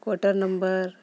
quarter number